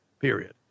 period